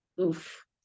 oof